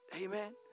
Amen